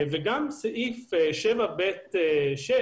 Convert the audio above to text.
גם סעיף 7(ב)(6),